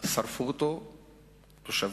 שרפו אותו תושבים,